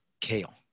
Kale